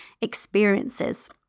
experiences